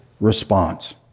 response